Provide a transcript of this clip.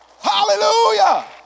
Hallelujah